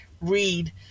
read